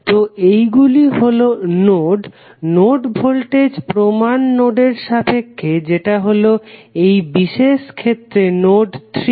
তো এইগুলি হলো নোড নোড ভোল্টেজ প্রমান নোডের সাপেক্ষে যেটা হলো এই বিশেষ ক্ষেত্রে নোড 3